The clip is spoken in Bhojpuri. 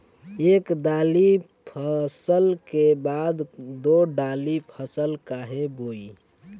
एक दाली फसल के बाद दो डाली फसल काहे बोई?